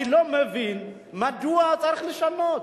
אני לא מבין מדוע צריך לשנות.